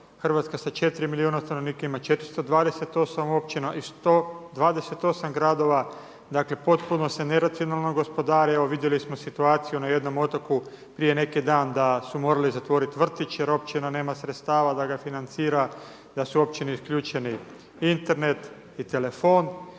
Hrvatska sa 4 milijuna stanovnika ima 428 općina i 128 gradova, dakle potpuno se ne racionalno gospodari. Evo vidjeli smo situaciju na jednom otoku prije neki dan da su morali zatvoriti vrtić jer općina nema sredstava da ga financira, da su općini isključeni Internet i telefon